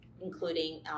including